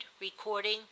Recording